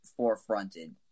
forefronted